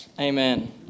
Amen